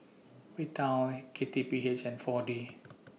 Vital K T P H and four D